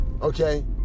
Okay